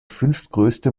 fünftgrößte